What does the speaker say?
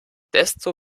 desto